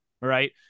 right